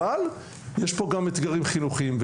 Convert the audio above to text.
אבל יש פה גם אתגרים חינוכיים,